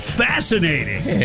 fascinating